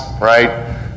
right